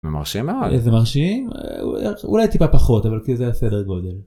מרשים מאוד! זה מרשים? אולי טיפה פחות, אבל זה הסדר גודל.